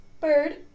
Bird